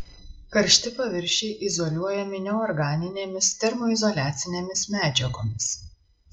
karšti paviršiai izoliuojami neorganinėmis termoizoliacinėmis medžiagomis